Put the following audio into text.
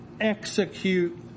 execute